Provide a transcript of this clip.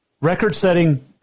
record-setting